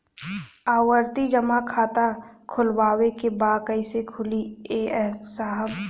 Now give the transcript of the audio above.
आवर्ती जमा खाता खोलवावे के बा कईसे खुली ए साहब?